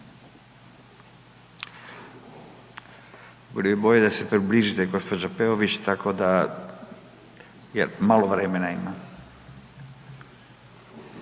Bilo bi bolje da se približite gđo. Peović jer malo vremena ima.